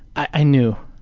i knew.